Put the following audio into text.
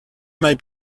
may